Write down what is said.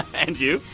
and you?